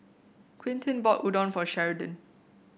Quintin bought Udon for Sheridan